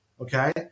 okay